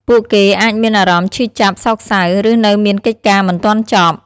ពួកគេអាចមានអារម្មណ៍ឈឺចាប់ សោកសៅ ឬនៅមានកិច្ចការមិនទាន់ចប់។